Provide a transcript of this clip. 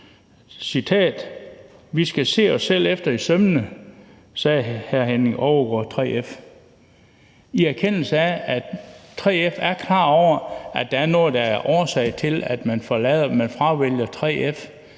citat: Vi skal se os selv efter i sømmene. Det sagde hr. Henning Overgaard fra 3F i erkendelse af, at der er noget, der er årsag til, at man fravælger 3F